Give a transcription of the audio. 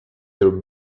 your